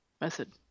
method